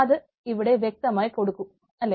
അത് ഇവിടെ വ്യക്തമായി കൊടുക്കും അല്ലേ